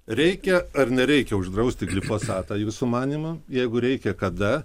reikia ar nereikia uždrausti glifosatą jūsų manymu jeigu reikia kada